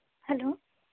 hello